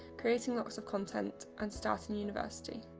creating lots of content and starting university.